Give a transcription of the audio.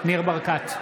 ניר ברקת,